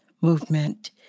movement